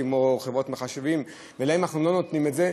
כמו חברות מחשבים ולהם אנחנו לא נותנים את זה.